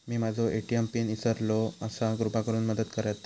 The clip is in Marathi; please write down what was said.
मी माझो ए.टी.एम पिन इसरलो आसा कृपा करुन मदत करताल